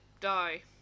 die